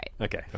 Okay